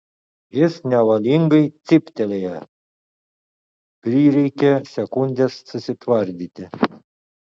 jis nevalingai cyptelėjo prireikė sekundės susitvardyti